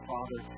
Father